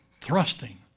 thrusting